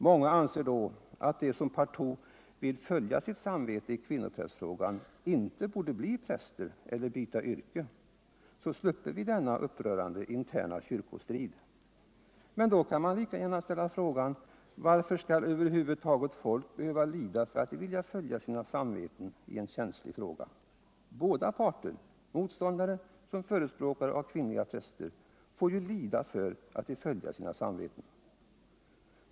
Många anser då att de som partout vill följa sitt samvete i kvinnoprästfrågan inte borde bli präster eller byta yrke -—-—- så sluppe vi denna upprörande interna kyrkostrid. Men då kan man lika gärna ställa frågan: Varför skall över huvud taget folk behöva lida för att de vill följa sina samveten I en känslig fråga? Båda parter — motståndare som förespråkare för kvinnliga präster — får ju lida för att de följer sina samveten.